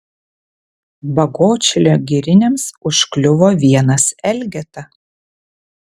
bagotšilio giriniams užkliuvo vienas elgeta